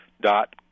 dot